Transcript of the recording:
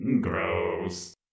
Gross